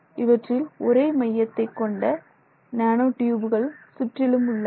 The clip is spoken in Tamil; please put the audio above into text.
இவற்றில் ஒரே மையத்தை கொண்ட நேனோ டியூபுகள் சுற்றிலும் உள்ளன